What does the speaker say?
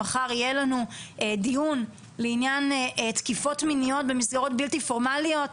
מחר יהיה לנו דיון לעניין תקיפות מיניות במסגרות בלתי פורמליות,